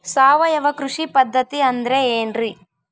ಸಾವಯವ ಕೃಷಿ ಪದ್ಧತಿ ಅಂದ್ರೆ ಏನ್ರಿ?